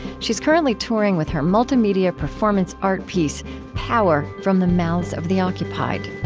she is currently touring with her multimedia performance art piece power from the mouths of the occupied.